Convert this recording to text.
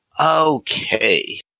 Okay